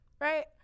right